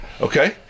Okay